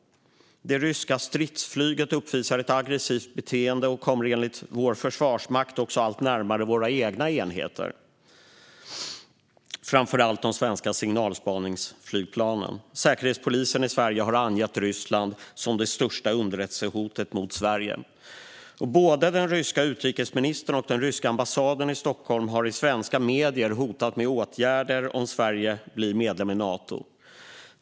Det ryska stridsflyget uppvisar ett aggressivt beteende och kommer enligt vår försvarsmakt också allt närmare våra egna enheter, framför allt de svenska signalspaningsflygplanen. Säkerhetspolisen i Sverige har angett Ryssland som det största underrättelsehotet mot Sverige. Både den ryska utrikesministern och den ryska ambassaden i Stockholm har i svenska medier hotat med åtgärder om Sverige blir medlem i Nato.